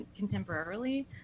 contemporarily